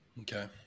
Okay